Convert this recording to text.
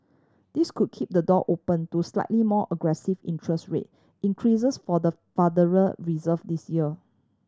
this could keep the door open to slightly more aggressive interest rate increases for the Federal Reserve this year